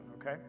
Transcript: okay